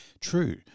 True